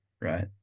Right